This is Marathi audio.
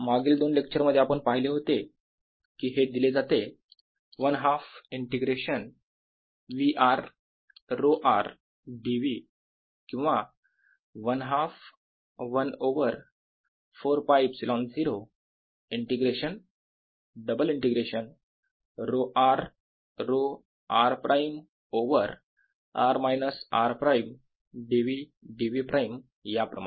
मागील दोन लेक्चर मध्ये आपण पाहिले होते की हे दिले जाते 1 half integration V r ρ r dV किंवा 1 half 1 over 4ㄫε0 integration - double integration ρ r ρ r prime over r minus r prime dV dV prime या प्रमाणे